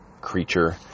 creature